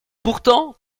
pourtant